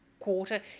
quarter